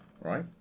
right